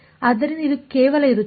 ಆದ್ದರಿಂದ ಇದು ಕೇವಲ ಇರುತ್ತದೆ